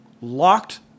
locked